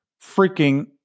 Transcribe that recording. freaking